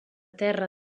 terra